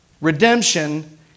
Redemption